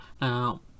Now